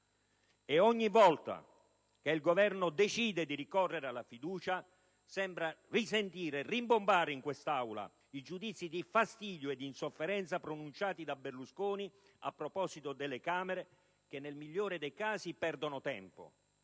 E ogni volta che il Governo decide di ricorrere alla questione di fiducia sembra sentire nuovamente rimbombare in quest'Aula i giudizi di fastidio e insofferenza pronunciati da Berlusconi a proposito delle Camere che, nel migliore dei casi, perdono tempo,